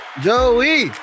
Joey